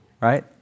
right